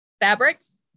fabrics